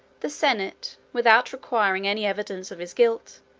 the senate, without requiring any evidence of his guilt,